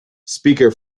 speaker